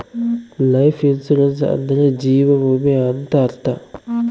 life insurance ಅಂದ್ರೆ ಜೀವ ವಿಮೆ ಅಂತ ಅರ್ಥ